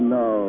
no